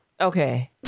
Okay